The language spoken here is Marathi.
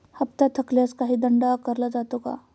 हप्ता थकल्यास काही दंड आकारला जातो का?